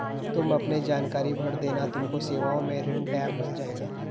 तुम अपने जानकारी भर देना तुमको सेवाओं में ऋण टैब मिल जाएगा